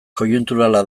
koiunturala